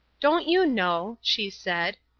don't you know, she said,